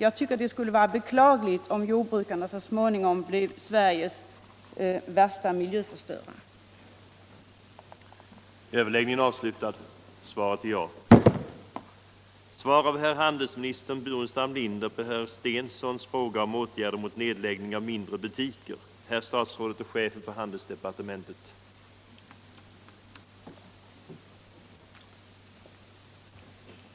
Jag tycker det skulle vara beklagligt om jordbrukarna så småningom skulle bli de värsta miljöförstörarna i